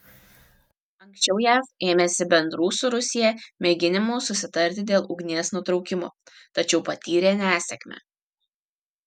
anksčiau jav ėmėsi bendrų su rusija mėginimų susitarti dėl ugnies nutraukimo tačiau patyrė nesėkmę